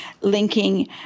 linking